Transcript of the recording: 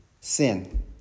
sin